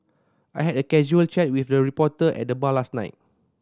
I had a casual chat with a reporter at the bar last night